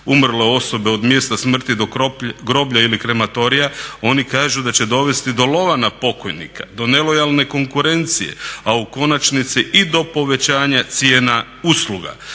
umrle osobe od mjesta smrti do groblja ili krematorija oni kažu da će dovesti do lova na pokojnika, do nelojalne konkurencije, a u konačnici i do povećanja cijena usluga.